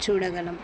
చూడగలము